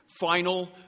final